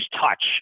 touch